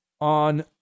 on